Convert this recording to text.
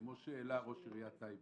כפי שהעלה ראש עיריית טייבה,